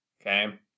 okay